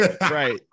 Right